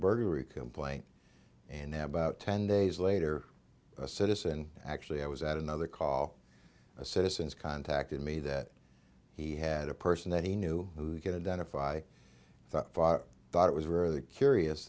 burglary complaint and about ten days later a citizen actually i was at another call a citizens contacted me that he had a person that he knew who get it done if i thought it was very curious